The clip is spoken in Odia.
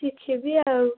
ଶିଖିବି ଆଉ